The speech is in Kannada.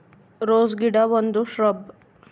ರೋಸ್ ಗಿಡ ಒಂದು ಶ್ರಬ್